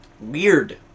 Weird